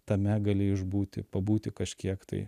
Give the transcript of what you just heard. tame gali išbūti pabūti kažkiek tai